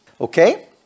Okay